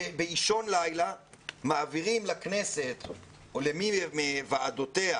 באישון לילה ומעבירים לכנסת או למי מוועדותיה